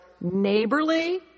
neighborly